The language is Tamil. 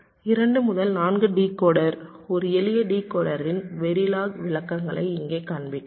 2 முதல் 4 டிகோடர் ஒரு எளிய டிகோடரின் வெரிலாக் விளக்கங்களை இங்கே காண்பிக்கிறேன்